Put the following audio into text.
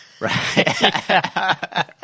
Right